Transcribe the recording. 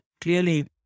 clearly